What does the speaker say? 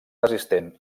resistent